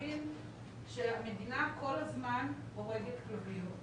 להבין שהמדינה כל הזמן הורגת כלבים.